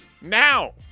now